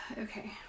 okay